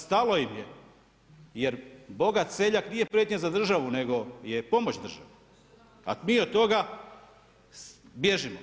Stalo im je jer bogat seljak nije prijetnja za državu nego je pomoć državi, a mi od toga bježimo.